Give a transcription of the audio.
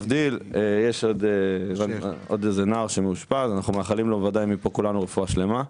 יש עוד נער שמאושפז אנחנו מאחלים לו מפה כולנו רפואה שלימה.